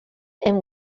and